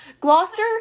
gloucester